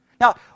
Now